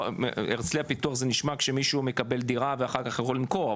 הרצליה פיתוח זה נשמע כשמישהו מקבל דירה ואחר כך יכול למכור,